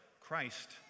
Christ